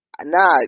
nah